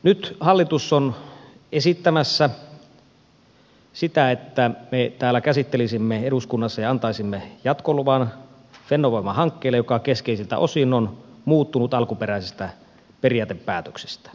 nyt hallitus on esittämässä sitä että me täällä eduskunnassa käsittelisimme ja antaisimme jatkoluvan fennovoima hankkeelle joka keskeisiltä osin on muuttunut alkuperäisestä periaatepäätöksestä